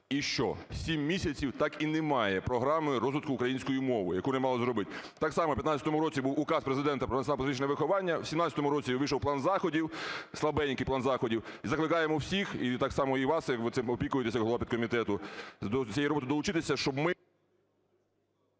І що? Сім місяців – так і немає програми розвитку української мови, яку вони мали зробити. Так само в 15-му році був Указ Президента про націонал-патріотичне виховання, в 17-му році вийшов план заходів, слабенький план заходів. І закликаємо всіх, так само і вас, ви цим опікуєтеся як голова підкомітету, долучитися, щоб ми…